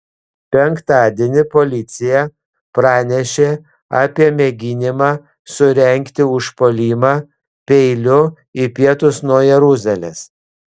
penktadienį policija pranešė apie mėginimą surengti užpuolimą peiliu į pietus nuo jeruzalės